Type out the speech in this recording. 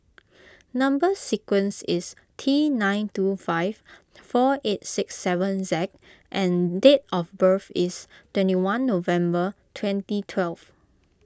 Number Sequence is T nine two five four eight six seven Z and date of birth is twenty one November twenty twelve